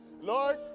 Lord